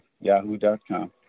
yahoo.com